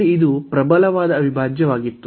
ಇಲ್ಲಿ ಇದು ಪ್ರಬಲವಾದ ಅವಿಭಾಜ್ಯವಾಗಿತ್ತು